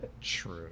True